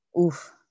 oof